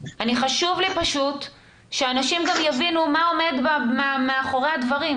חשוב לי פשוט שהאנשים גם יבינו מה עומד מאחורי הדברים,